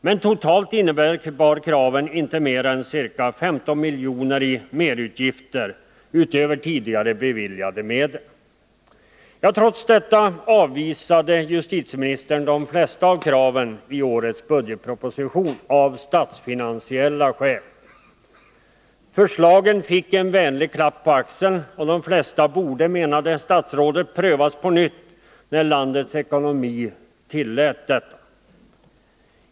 Men totalt innebar kraven inte mer än ca 15 miljoner i merutgifter, utöver tidigare beviljade medel. Trots detta avvisade justitieministern de flesta av kraven i årets budgetproposition, av statsfinansiella skäl. Förslagen fick en vänlig klapp på axeln, och de flesta borde, menade statsrådet, prövas på nytt när landets ekonomi tillät detta.